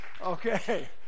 Okay